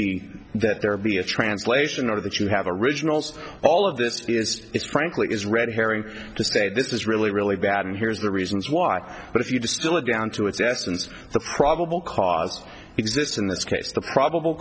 be that there be a translation or that you have a originals all of this is frankly is red herring to say this is really really bad and here's the reasons why but if you distill it down to its essence the probable cause exists in this case the probable